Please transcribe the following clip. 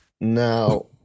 Now